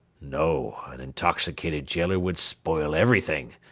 no, an intoxicated gaoler would spoil everything.